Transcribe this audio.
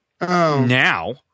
now